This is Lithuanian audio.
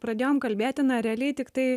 pradėjom kalbėti na realiai tiktai